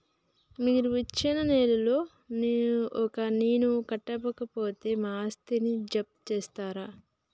మీరు ఇచ్చిన లోన్ ను ఒక నెల కట్టకపోతే మా ఆస్తిని జప్తు చేస్తరా?